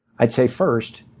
i'd say, first,